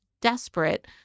desperate